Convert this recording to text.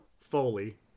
Foley